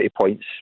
points